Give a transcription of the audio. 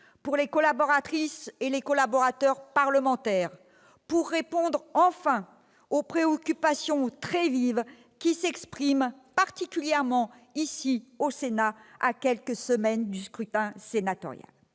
statut des collaboratrices et collaborateurs parlementaires, pour répondre enfin aux préoccupations très vives qui s'expriment, particulièrement au sein de notre assemblée, à quelques semaines du scrutin sénatorial.